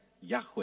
Yahweh